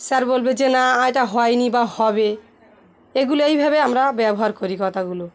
sir বলবে যে না এটা হয়নি বা হবে এগুলো এইভাবে আমরা ব্যবহার করি কথাগুলো